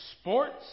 sports